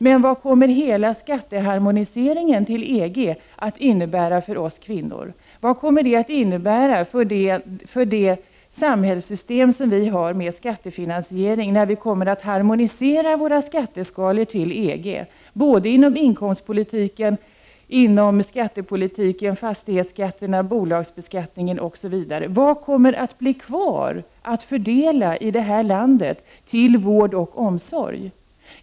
Men vad kommer hela skatteharmoniseringen till EG att innebära för oss kvinnor? Vad kommer det att innebära för det samhällssystem som vi har med skattefinansiering, när vi kommer att harmonisera våra skatteskalor till EG, inom inkomstpolitiken, inom skattepolitiken, fas tighetsskatterna, bolagsbeskattningen osv.? Vad kommer det att bli kvar i att fördela i det här landet till vård och omsorg?